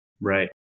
Right